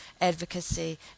advocacy